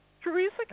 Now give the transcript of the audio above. Teresa